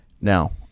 Now